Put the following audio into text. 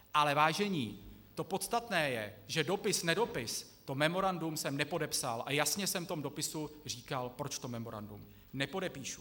Ale vážení, to podstatné je, že dopis nedopis, to memorandum jsem nepodepsal a jasně jsem v tom dopise říkal, proč to memorandum nepodepíšu.